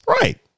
Right